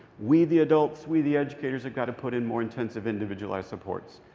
we the adults, we the educators, have got to put in more intensive individualized supports.